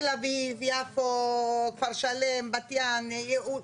תל אביב, יפו, כפר שלם, בת ים, יהוד.